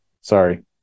Sorry